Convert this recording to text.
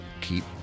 keep